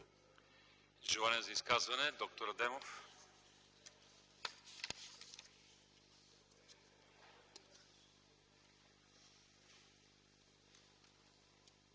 Желание за изказвания? Доктор Адемов.